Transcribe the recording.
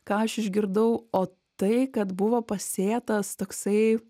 ką aš išgirdau o tai kad buvo pasėtas toksai